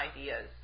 ideas